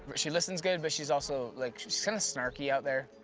but she listens good but she's also, like, she's kinda snarky out there.